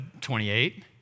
28